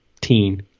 teen